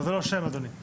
אבל זה לא שם, אדוני.